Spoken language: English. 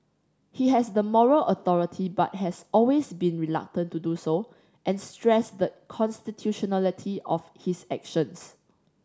he has the moral authority but has always been reluctant to do so and stressed the constitutionality of his actions